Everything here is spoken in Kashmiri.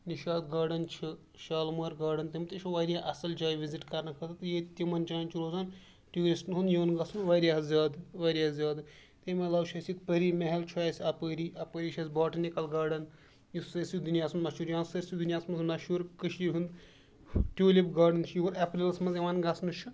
نِشاط گاڑَن چھِ شالمٲر گاڑَن تِم تہِ چھِ واریاہ اَصٕل جایہِ وِزِٹ کَرنہٕ خٲطرٕ تہٕ ییٚتہِ تِمَن جایَن چھُ روزان ٹیوٗرِسٹَن ہُنٛد یُن گژھُن واریاہ زیادٕ واریاہ زیادٕ تمہِ علاوٕ چھُ اَسہِ ییٚتہِ پٔری محل چھُ اَسہِ اَپٲری اَپٲری چھِ اَسہِ باٹنِکَل گاڑَن یُس اَسہِ دُنیاہَس منٛز مشہوٗر یا سٲرسٕے دُنیاہَس منٛز مشہوٗر کٔشیٖرِ ہُنٛد ٹیوٗلِپ گاڑَن چھِ یور اپریلَس منٛز یِوان گژھنہٕ چھُ